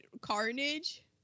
carnage